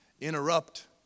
interrupt